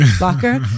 locker